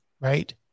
right